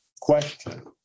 Question